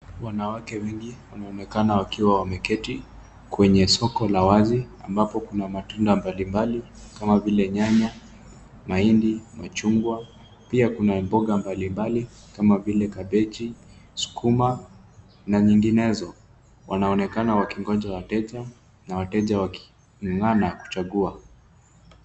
Wanawake wengi wameonekana wakiwa wameketi kwenye soko la wazi ambapo kuna matunda mbalimbali kama vile nyanya, mahindi, machungwa, pia kuna mboga mbali mbali kama vile kabichi, sukuma na nyinginezo, wanaonekana wakingonja wateja, na wateja waking'ang'ana kuchagua.